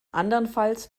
andernfalls